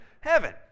heaven